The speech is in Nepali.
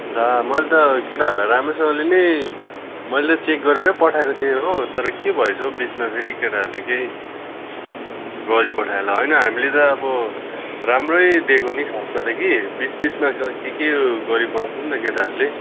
ला मैले त केटाहरूलाई राम्रोसँगले नै मैले चेक गरेर पठाको थिएँ हो तर के भएछ हौ बिचमा फेरि केटाहरूले केही गरिपठायो होला होइन हामीले त अब राम्रै दिएको नि खासमा त कि बिच बिचमा खै के के गरिपठाउँछ नि त केटाहरूले